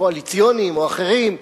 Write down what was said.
קואליציוניים או אחרים,